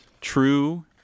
True